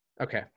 Okay